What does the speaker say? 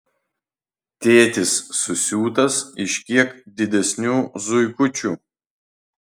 tėtis susiūtas iš kiek didesnių zuikučių